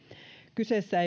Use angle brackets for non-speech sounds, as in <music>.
kyseessä <unintelligible>